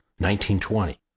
1920